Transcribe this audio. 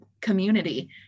community